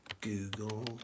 Google